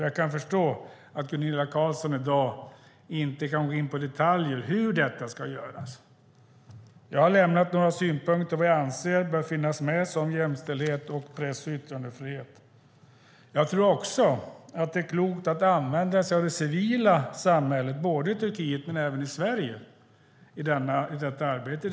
Jag kan förstå att Gunilla Carlsson i dag inte kan gå in på detaljer om hur detta ska göras. Jag har lämnat några synpunkter på vad jag anser bör finnas med, som jämställdhet och press och yttrandefrihet. Jag tror också att det är klokt att använda sig av det civila samhället både i Turkiet och i Sverige i detta arbete.